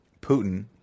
Putin